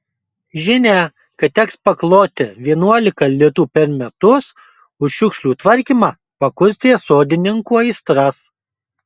žinia kad teks pakloti vienuolika litų per metus už šiukšlių tvarkymą pakurstė sodininkų aistras